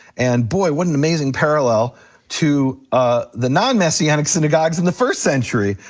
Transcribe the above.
and boy, what an amazing parallel to ah the non-messianic synagogues in the first century,